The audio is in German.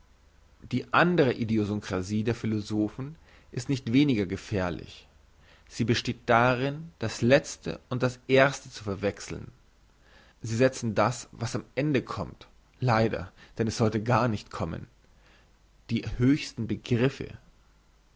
die andre idiosynkrasie der philosophen ist nicht weniger gefährlich sie besteht darin das letzte und das erste zu verwechseln sie setzen das was am ende kommt leider denn es sollte gar nicht kommen die höchsten begriffe